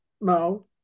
Mo